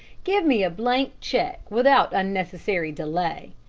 give me a blank check without unnecessary delay.